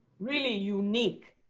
really unique